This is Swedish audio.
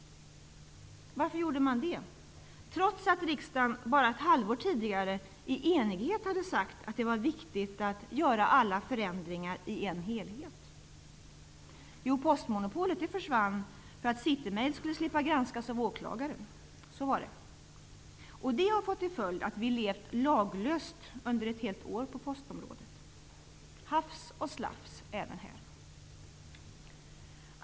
Varför gjorde man detta, trots att riksdagen bara ett halvår tidigare i enighet sagt att det var viktigt att genomföra alla förändringar i en helhet? Postmonopolet försvann därför att City Mail skulle slippa granskas av åklagaren. Så var det. Det har fått till följd att vi levt laglöst under ett helt år på postområdet. Hafs och slafs även här.